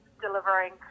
delivering